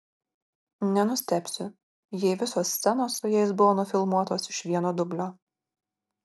nenustebsiu jei visos scenos su jais buvo nufilmuotos iš vieno dublio